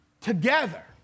together